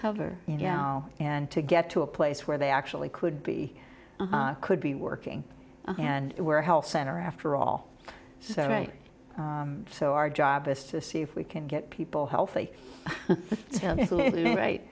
cover you know and to get to a place where they actually could be could be working and where health center after all so right so our job is to see if we can get people healthy right